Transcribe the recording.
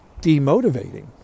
demotivating